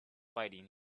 fighting